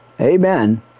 Amen